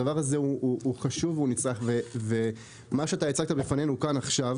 הדבר הזה הוא חשוב והוא נצרך ומה שאתה הצגת בפנינו כאן עכשיו